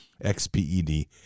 X-P-E-D